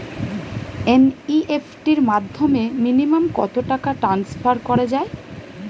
NEFT র মাধ্যমে minimum কত টাকা টান্সফার করা যায়?